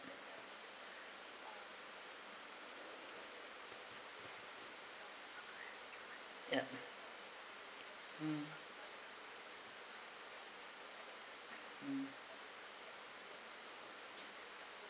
yup mm mm